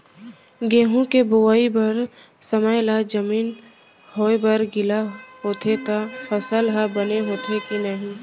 गेहूँ के बोआई बर समय ला जमीन होये बर गिला होथे त फसल ह बने होथे की नही?